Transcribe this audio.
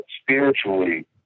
spiritually